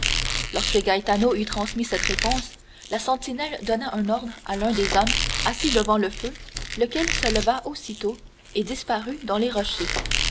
lorsque gaetano eut transmis cette réponse la sentinelle donna un ordre à l'un des hommes assis devant le feu lequel se leva aussitôt et disparut dans les rochers